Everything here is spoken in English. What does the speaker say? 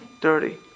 dirty